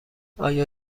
آیا